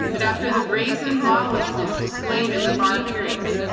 but after the brazen lawlessness displayed in the barr hearings,